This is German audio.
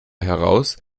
heraus